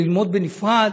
ללמוד בנפרד,